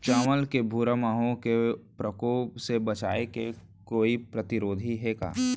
चांवल के भूरा माहो के प्रकोप से बचाये के कोई प्रतिरोधी हे का?